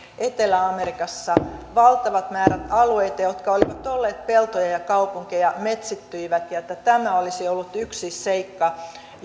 etelä amerikassa valtavat määrät alueita jotka olivat olleet peltoja ja ja kaupunkeja metsittyivät ja että tämä olisi ollut yksi seikka